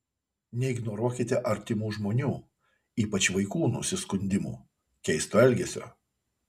neignoruokite artimų žmonių ypač vaikų nusiskundimų keisto elgesio